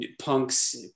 Punks